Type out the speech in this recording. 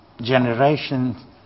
generation